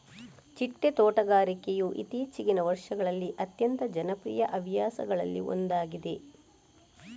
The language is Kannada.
ಚಿಟ್ಟೆ ತೋಟಗಾರಿಕೆಯು ಇತ್ತೀಚಿಗಿನ ವರ್ಷಗಳಲ್ಲಿ ಅತ್ಯಂತ ಜನಪ್ರಿಯ ಹವ್ಯಾಸಗಳಲ್ಲಿ ಒಂದಾಗಿದೆ